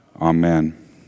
Amen